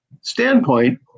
standpoint